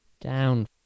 down